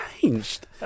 changed